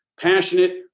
passionate